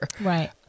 right